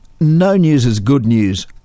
no-news-is-good-news